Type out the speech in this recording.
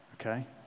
okay